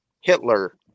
Hitler